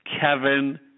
Kevin